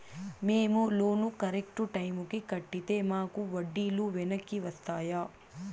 మేము loan correct టైముకి కట్టితే మాకు వడ్డీ లు వెనక్కి వస్తాయా?